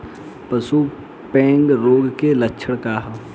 पशु प्लेग रोग के लक्षण का ह?